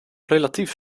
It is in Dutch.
relatief